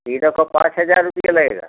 तीनों का पाँच हज़ार रुपया लगेगा